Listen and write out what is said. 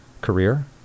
career